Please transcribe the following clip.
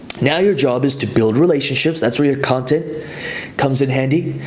now your job is to build relationships, that's where your content comes in handy.